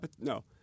no